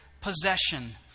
possession